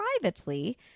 privately